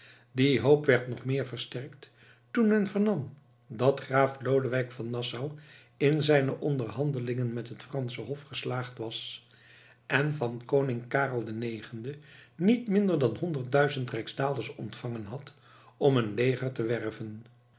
die hoop werd nog meer versterkt toen men vernam dat graaf lodewijk van nassau in zijne onderhandelingen met het fransche hof geslaagd was en van koning karel ix niet minder dan honderdduizend rijksdaalders ontvangen had om een leger te werven